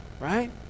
right